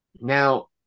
now